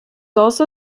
also